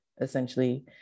essentially